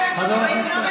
רוטמן,